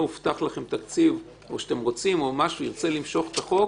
הובטח לכם תקציב ירצה למשוך את החוק,